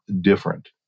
different